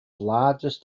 largest